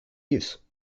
use